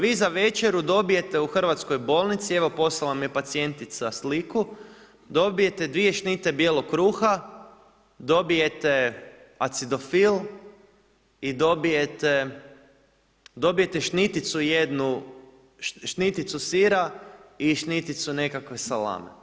Vi za večeru dobijete u hrvatskoj bolnici, evo poslala mi je pacijentica sliku, dobijete 2 šnite bijelog kruha, dobijete acidofil i dobijete šniticu jednu, šniticu sira i šniticu nekakve salame.